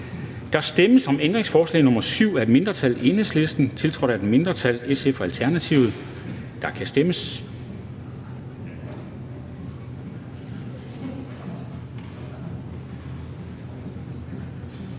Der stemmes om ændringsforslag nr. 7 af et mindretal (EL), tiltrådt af et mindretal (SF og ALT). Der kan stemmes.